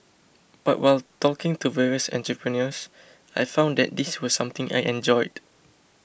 but while talking to various entrepreneurs I found that this was something I enjoyed